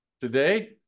today